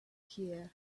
here